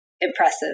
impressive